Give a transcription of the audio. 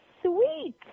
sweet